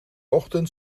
ochtend